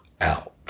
out